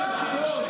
בגנבת בחירות,